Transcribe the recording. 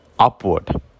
upward